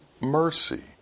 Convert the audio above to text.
mercy